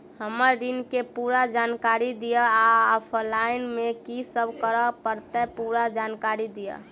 हम्मर ऋण केँ पूरा जानकारी दिय आ ऑफलाइन मे की सब करऽ पड़तै पूरा जानकारी दिय?